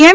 એમ